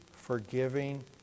forgiving